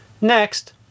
Next